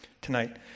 tonight